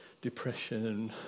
depression